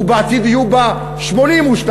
ובעתיד יהיו בה 82,